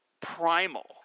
primal